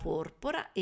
Porpora